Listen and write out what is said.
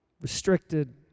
restricted